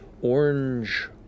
orange